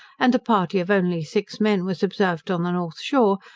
and a party of only six men was observed on the north shore,